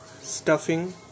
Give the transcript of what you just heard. stuffing